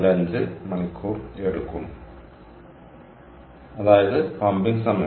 5 മണിക്കൂർ എടുക്കും അതായത് പമ്പിംഗ് സമയത്ത്